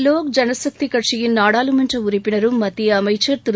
லோக் ஜனசக்தி கட்சியின் நாடாளுமன்ற உறுப்பினரும் மத்திய அமைச்ச் திரு